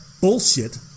bullshit